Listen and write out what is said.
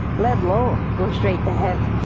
let alone go straight to heaven.